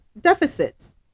deficits